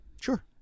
Sure